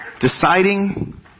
Deciding